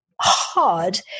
hard